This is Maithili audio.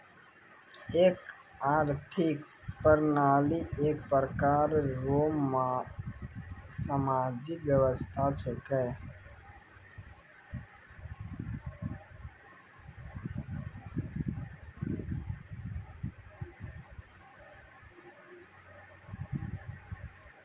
एक आर्थिक प्रणाली एक प्रकार रो सामाजिक व्यवस्था छिकै